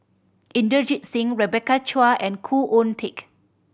Inderjit Singh Rebecca Chua and Khoo Oon Teik